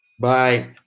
Bye